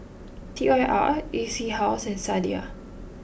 T Y R E C House and Sadia